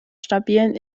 stabilen